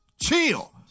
Chill